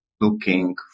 looking